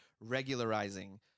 regularizing